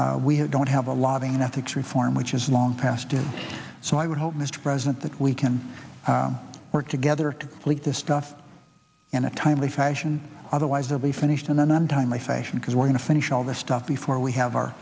have don't have a lobbying and ethics reform which is long past due so i would hope mr president that we can work together to leak this stuff in a timely fashion otherwise they'll be finished and then i'm timely fashion because we're going to finish all this stuff before we have our